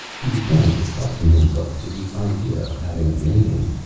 he was trying to accustom himself to the idea of having a name.